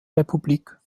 republik